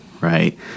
right